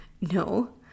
no